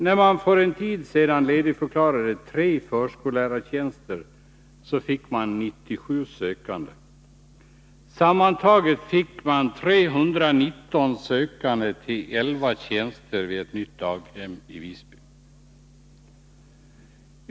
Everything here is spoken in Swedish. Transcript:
När man för en tid sedan ledigförklarade 3 förskollärartjänster fick man 97 sökande. Man fick sammantaget 319 sökande till 11 tjänster vid ett nytt daghem i Visby.